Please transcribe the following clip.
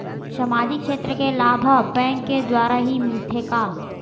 सामाजिक क्षेत्र के लाभ हा बैंक के द्वारा ही मिलथे का?